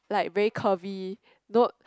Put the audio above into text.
like very curvy no